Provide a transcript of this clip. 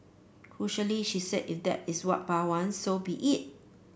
crucially she said if that is what Pa wants so be it